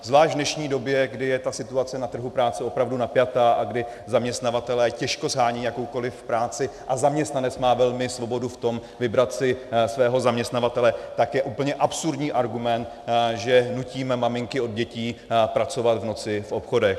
Zvlášť v dnešní době, kdy je ta situace na trhu práce opravdu napjatá a kdy zaměstnavatelé těžko shánějí jakoukoliv práci a zaměstnanec má velmi svobodu v tom vybrat si svého zaměstnavatele, tak je úplně absurdní argument, že nutíme maminky od dětí pracovat v noci v obchodech.